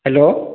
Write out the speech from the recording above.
hello